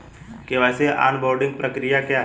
KYC onboarding प्रक्रिया क्या है?